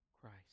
Christ